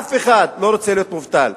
אף אחד לא רוצה להיות מובטל,